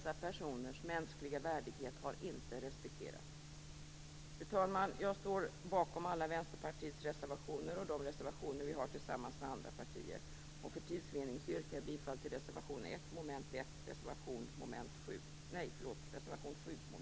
Dessa personers mänskliga värdighet har inte respekterats. Fru talman! Jag står bakom alla Vänsterpartiets reservationer och de reservationer vi har tillsammans med andra partier. För tids vinning yrkar jag bifall endast till reservation 1 under mom. 1 och reservation